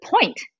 point